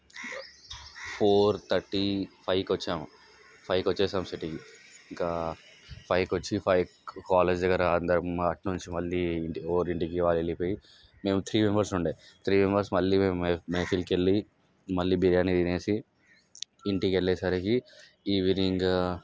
four thirty ఫైవ్కి వచ్చాము ఫైవ్కి వచ్చేశాం సిటీకి ఇంకా ఫైవ్కి వచ్చి ఫైవ్ కాలేజ్ దగ్గర అందరం అటు నుంచి ఎవరి ఇంటికి వాళ్ళు వెళ్ళిపోయి మేము త్రీ మెంబెర్స్ ఉండే త్రీ మెంబెర్స్ మళ్ళీ మేము మెహఫిల్కి వెళ్ళి మళ్ళీ బిరియాని తినేసి ఇంటికి వెళ్ళే సరికి ఈవినింగ్